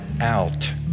out